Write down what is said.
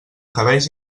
cabells